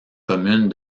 commune